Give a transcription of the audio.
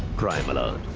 crime alert,